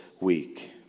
week